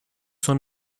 son